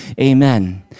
amen